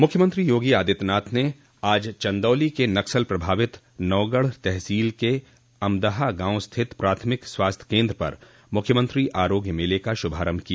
मुख्यमंत्री योगी आदित्यनाथ ने आज चंदौली के नक्सल प्रभावित नौगढ़ तहसील के अमदहा गांव स्थित प्राथमिक स्वास्थ्य केन्द्र पर मुख्यमंत्री आरोग्य मेले का शुभारम्भ किया